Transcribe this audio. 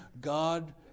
God